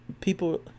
people